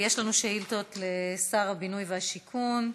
יש לנו שאילתות לשר הבינוי והשיכון.